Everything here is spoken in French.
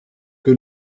que